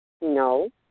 No